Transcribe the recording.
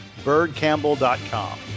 birdcampbell.com